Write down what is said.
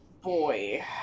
boy